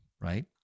right